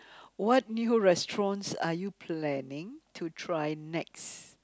what new restaurants are you planning to try next